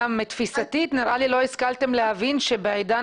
גם תפיסתית נראה לי לא השכלתם להבין שבעידן